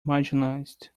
marginalised